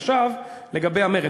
עכשיו, לגבי המרד.